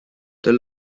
the